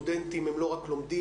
סטודנטים הם לא רק לומדים,